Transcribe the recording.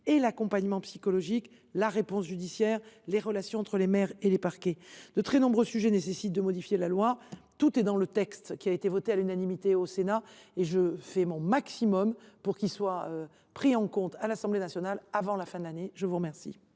et l’accompagnement psychologique, la réponse judiciaire, et les relations entre les maires et les parquets. De très nombreux sujets nécessitent toutefois de modifier la loi. Tout est dans le texte voté à l’unanimité au Sénat. Je fais mon maximum pour qu’il soit inscrit à l’ordre du jour de l’Assemblée nationale avant la fin de l’année. La parole